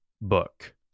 book